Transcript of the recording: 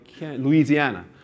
Louisiana